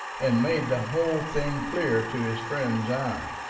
and made the whole thing clear to his friend's eye.